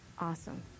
Awesome